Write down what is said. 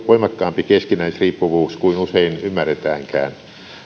voimakkaampi keskinäisriippuvuus kuin usein ymmärretäänkään